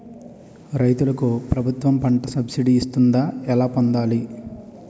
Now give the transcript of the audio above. రైతులకు ప్రభుత్వం పంట సబ్సిడీ ఇస్తుందా? ఎలా పొందాలి?